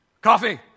coffee